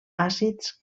àcids